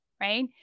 right